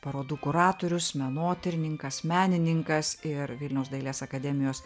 parodų kuratorius menotyrininkas menininkas ir vilniaus dailės akademijos